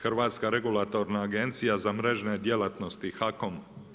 Hrvatska regulatorna agencija za mrežne djelatnosti, HAKOM.